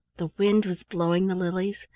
the wind was blowing the lilies,